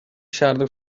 шаардык